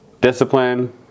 discipline